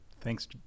thanks